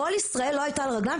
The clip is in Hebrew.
כל ישראל לא הייתה על הרגליים?